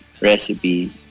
recipe